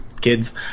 kids